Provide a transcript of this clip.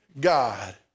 God